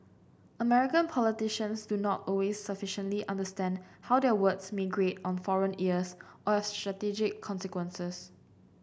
American politicians do not always sufficiently understand how their words may grate on foreign ears or have strategic consequences